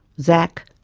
zak,